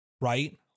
Right